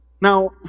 Now